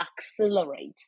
accelerate